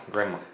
grandma